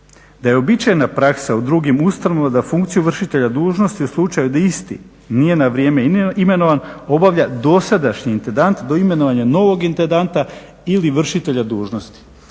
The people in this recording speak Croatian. da je uobičajena praksa u drugim ustanovama da funkciju vršitelja dužnosti u slučaju da isti nije na vrijeme imenovan obavlja dosadašnji intendant do imenovanja novog intendanta ili vršitelja dužnosti.